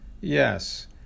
Yes